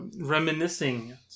reminiscing